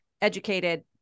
educated